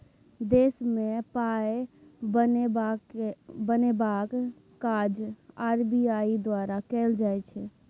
देशमे पाय बनेबाक काज आर.बी.आई द्वारा कएल जाइ छै